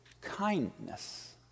kindness